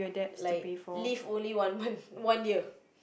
like live only one month one year